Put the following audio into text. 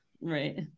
Right